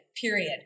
period